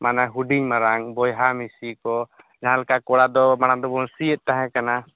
ᱢᱟᱱᱮ ᱦᱩᱰᱤᱧ ᱢᱟᱨᱟᱝ ᱵᱚᱭᱦᱟ ᱢᱤᱥᱤᱠᱚ ᱡᱟᱦᱟᱸ ᱞᱮᱠᱟ ᱠᱚᱲᱟ ᱫᱚ ᱢᱟᱲᱟᱝ ᱫᱚᱵᱚ ᱥᱤᱭᱮᱫ ᱛᱟᱦᱮᱸ ᱠᱟᱱᱟ